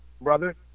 brother